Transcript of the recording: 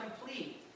complete